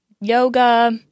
Yoga